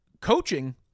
coaching